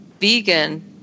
vegan